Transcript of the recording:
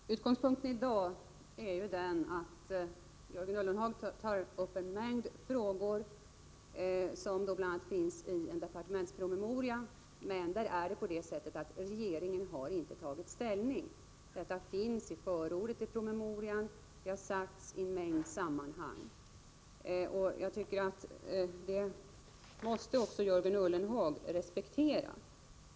Herr talman! Utgångspunkten i dag är att Jörgen Ullenhag tar upp en mängd frågor, som bl.a. finns i en departementspromemoria — men som regeringen ännu inte har tagit ställning till. Detta sägs i förordet till promemorian och har sagts i en mängd sammanhang. Det måste också Jörgen Ullenhag respektera.